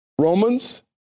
Romans